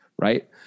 right